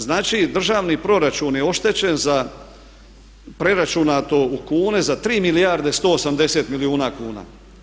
Znači državni proračun je oštećen za preračunato u kune za 3 milijarde 180 milijuna kuna.